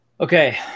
okay